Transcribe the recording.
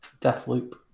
Deathloop